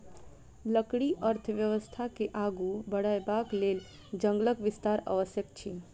लकड़ी अर्थव्यवस्था के आगू बढ़यबाक लेल जंगलक विस्तार आवश्यक अछि